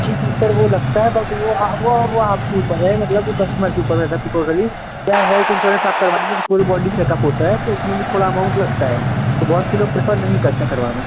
जी जी सर वह लगता है बट वह वह वह आपके ऊपर है मतलब वह कस्टमर के ऊपर रहता है टोटली सर हेल्थ इन्श्योरेन्स आप करवा लीजिए फुल बॉडी चेकअप होता है तो उसमें भी थोड़ा अमाउन्ट लगता है तो बहुत से लोग पसंद नहीं करते हैं करवाना